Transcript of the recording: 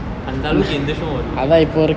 அந்த அலவுக்கு எந்த:antha alavukku entha show வரல:varale